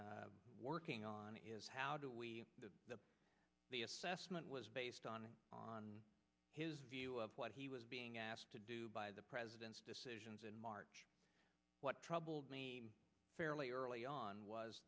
working on is how do we know that the assessment was based on on his view of what he was being asked to do by the president's decisions in march what troubled me fairly early on was